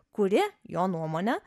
kuri jo nuomone